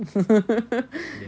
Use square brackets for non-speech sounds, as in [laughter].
[laughs]